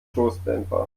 stoßdämpfer